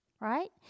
right